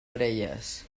orelles